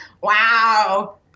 Wow